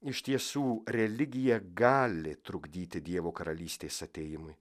iš tiesų religija gali trukdyti dievo karalystės atėjimui